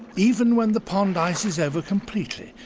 even when the pond ices over completely,